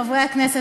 חברי הכנסת,